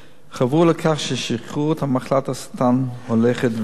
חברו לכך ששכיחות מחלת הסרטן הולכת ועולה.